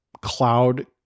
cloud